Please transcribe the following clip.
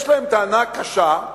יש להם טענה קשה,